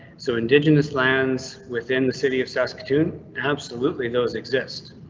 so indigenous lands within the city of saskatoon, absolutely those exist.